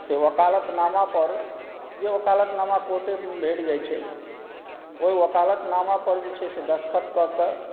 से वकालतनामा पर जे वकालतनामा कोर्टेमे भेट जाइ छै ओहि वकालतनामा पर जे चाही से दस्तखत कऽकऽ